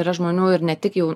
yra žmonių ir ne tik jau